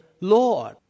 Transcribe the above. Lord